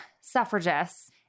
suffragists